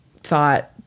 thought